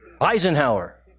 Eisenhower